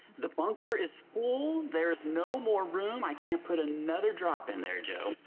the bunker is full. there's no more room. i can't put another drop in there, joe.